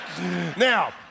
Now